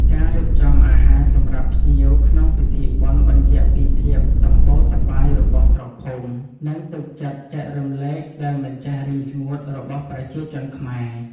ការរៀបចំអាហារសម្រាប់ភ្ញៀវក្នុងពិធីបុណ្យបញ្ជាក់ពីភាពសម្បូរសប្បាយរបស់ស្រុកភូមិ និងទឹកចិត្តចែករំលែកដែលមិនចេះរីងស្ងួតរបស់ប្រជាជនខ្មែរ។